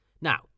Now